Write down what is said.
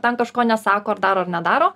ten kažko nesako ar daro ar nedaro